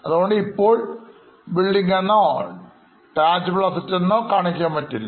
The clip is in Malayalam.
അതുകൊണ്ട് ഇപ്പോൾ Building എന്നോTangible Assets എന്നോ കാണിക്കാൻ പറ്റില്ല